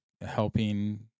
helping